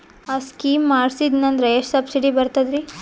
ಆ ಸ್ಕೀಮ ಮಾಡ್ಸೀದ್ನಂದರ ಎಷ್ಟ ಸಬ್ಸಿಡಿ ಬರ್ತಾದ್ರೀ?